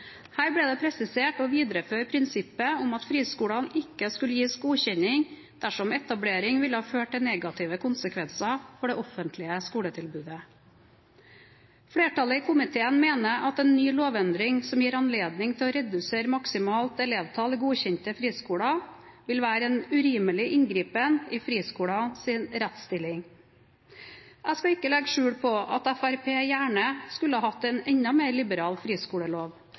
Her ble det presisert å videreføre prinsippet om at friskoler ikke skulle gis godkjenning dersom etablering ville føre til negative konsekvenser for det offentlige skoletilbudet. Flertallet i komiteen mener at en ny lovendring som gir anledning til å redusere maksimalt elevtall i godkjente friskoler, vil være en urimelig inngripen i friskolenes rettsstilling. Jeg skal ikke legge skjul på at Fremskrittspartiet gjerne skulle hatt en enda mer liberal friskolelov